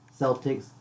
Celtics